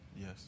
Yes